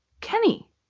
Kenny